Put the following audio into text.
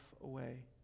away